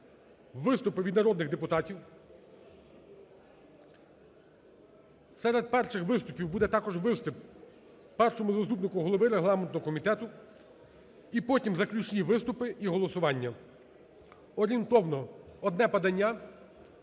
виступи від народних депутатів. Серед перших виступів буде також виступ першому заступнику голови регламентного комітету. І потім заключні виступи і голосування. Орієнтовно одне подання